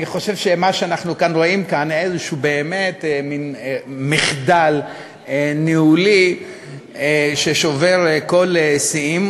אני חושב שמה שאנחנו רואים כאן זה איזה מחדל ניהולי ששובר כל שיאים,